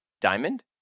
diamond